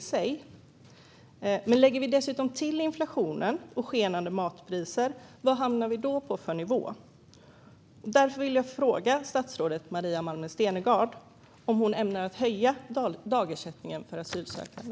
Vilken nivå hamnar man på om man dessutom lägger till inflationen och skenande matpriser? Jag vill därför fråga statsrådet Maria Malmer Stenergard om hon ämnar höja dagersättningen för asylsökande.